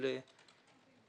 הנושא.